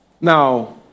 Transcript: Now